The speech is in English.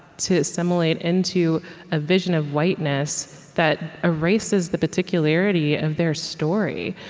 to assimilate into a vision of whiteness that erases the particularity of their story.